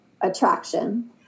attraction